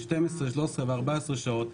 12, 13 ו-14 שעות.